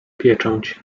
pieczęć